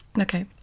Okay